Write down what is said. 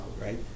right